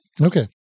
Okay